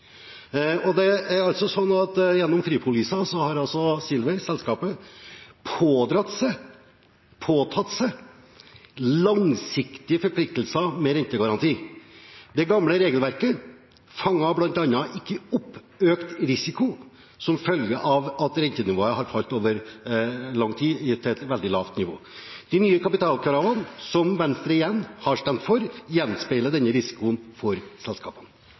Gjennom fripoliser har selskapet Silver pådratt seg – påtatt seg – langsiktige forpliktelser med rentegaranti. Det gamle regelverket fanget bl.a. ikke opp økt risiko som følge av at rentenivået over lang tid hadde falt til et veldig lavt nivå. De nye kapitalkravene som Venstre – igjen – har stemt for, gjenspeiler denne risikoen for selskapene.